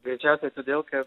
greičiausiai todėl kad